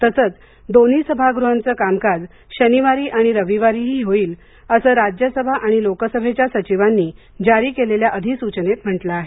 तसंच दोन्ही सभागृहांचं कामकाज शनिवारी आणि रविवारीही होईल असं राज्यसभा आणि लोकसभेच्या सचिवांनी जारी केलेल्या अधिसूचनेत म्हटलं आहे